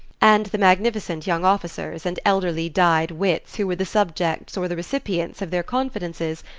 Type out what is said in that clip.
and the magnificent young officers and elderly dyed wits who were the subjects or the recipients of their confidences,